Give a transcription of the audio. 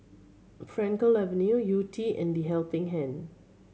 Frankel Avenue Yew Tee and The Helping Hand